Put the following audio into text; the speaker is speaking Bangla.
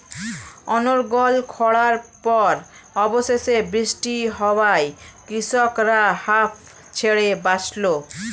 অনর্গল খড়ার পর অবশেষে বৃষ্টি হওয়ায় কৃষকরা হাঁফ ছেড়ে বাঁচল